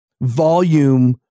volume